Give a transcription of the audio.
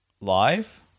Live